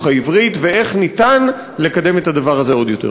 העברית ואיך ניתן לקדם את הדבר הזה עוד יותר.